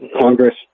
Congress